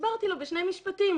הסברתי לו בשני משפטים.